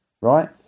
right